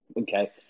Okay